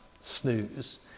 snooze